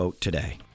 Today